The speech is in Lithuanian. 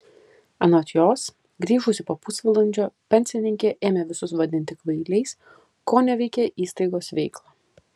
anot jos grįžusi po pusvalandžio pensininkė ėmė visus vadinti kvailiais koneveikė įstaigos veiklą